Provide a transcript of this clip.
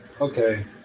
Okay